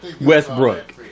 Westbrook